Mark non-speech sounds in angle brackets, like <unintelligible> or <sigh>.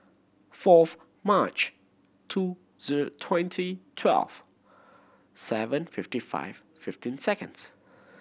fourth March two <unintelligible> twenty twelve seven fifty five fifteen seconds